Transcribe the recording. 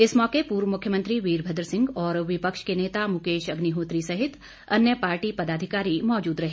इस मौके पूर्व मुख्यमंत्री वीरभद्र सिंह और विपक्ष के नेता मुकेश अग्निहोत्री सहित अन्य पार्टी पदाधिकारी मौजूद रहे